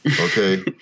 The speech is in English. okay